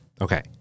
Okay